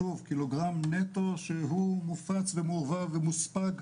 שוב קילוגרם נטו שהוא מופץ ומעורבב ומוספג,